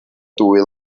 dwy